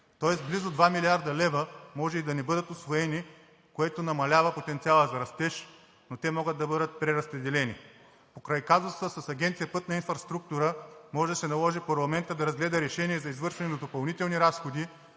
тоест близо 2 млрд. лв. може и да не бъдат усвоени, което намалява потенциала за растеж, но те могат да бъдат преразпределени. Покрай казуса с Агенция „Пътна инфраструктура“ може да се наложи парламентът да разгледа решение за извършване на допълнителни разходи